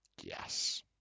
Yes